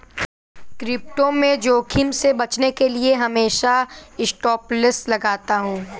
crypto में जोखिम से बचने के लिए मैं हमेशा स्टॉपलॉस लगाता हूं